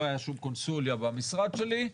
לא הייתה שום קונסוליה במשרד שלי,